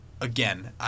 Again